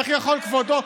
איך יכול כבודו,